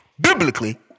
biblically